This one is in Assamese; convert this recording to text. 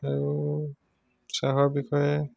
আৰু চাহৰ বিষয়ে